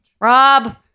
Rob